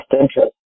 interest